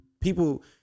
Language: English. people